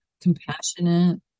compassionate